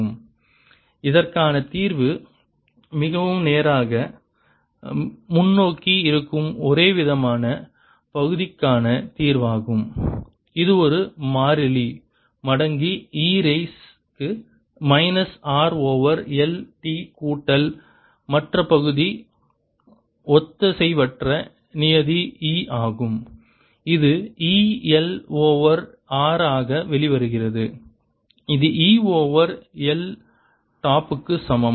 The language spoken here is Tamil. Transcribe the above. ϵ LdIdtIR or LdIdtIRϵ dIdtRLIL இதற்கான தீர்வு மிகவும் நேராக முன்னோக்கி இருக்கும் ஒரேவிதமான பகுதிக்கான தீர்வாகும் இது ஒரு மாறிலி மடங்கு e ரைஸ் க்கு minus R over L t கூட்டல் மற்ற பகுதி ஒத்திசைவற்ற நியதி E ஆகும் இது EL ஓவர் R ஆக வெளிவருகிறது இது E ஓவர் L டாப் க்கு சமம்